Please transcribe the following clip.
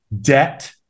debt